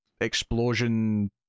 explosion